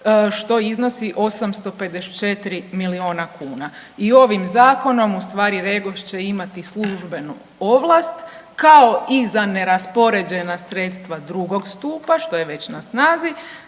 što iznosi 854 milijuna kuna i ovim Zakonom ustvari REGOS će imati službenu ovlast kao i za neraspoređena sredstva drugog stupa, što je već na snazi,